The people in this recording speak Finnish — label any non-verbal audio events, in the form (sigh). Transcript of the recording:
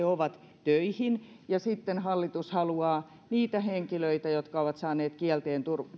(unintelligible) ovat ja sitten hallitus haluaa töihin niitä henkilöitä jotka ovat saaneet